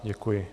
Děkuji.